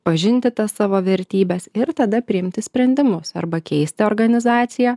pažinti tas savo vertybes ir tada priimti sprendimus arba keisti organizaciją